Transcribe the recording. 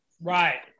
right